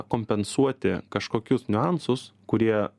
kompensuoti kažkokius niuansus kurie